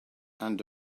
and